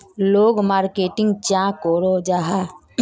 लोग मार्केटिंग चाँ करो जाहा?